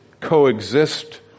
coexist